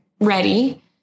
ready